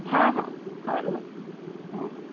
ହଁ ହଁ ହଉ ରୁହନ୍ତୁ ହଁ